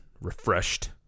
refreshed